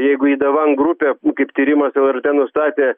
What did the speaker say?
jeigu idavank grupė kaip tyrimas jau ir ten nustatė